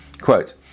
Quote